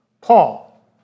Paul